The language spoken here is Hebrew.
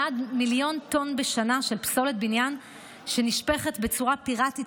מעל מיליון טונות של פסולת בניין בשנה שנשפכת בצורה פיראטית,